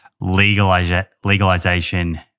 legalization